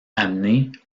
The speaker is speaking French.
amenée